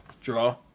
Draw